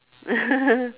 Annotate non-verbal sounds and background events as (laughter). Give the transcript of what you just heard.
(laughs)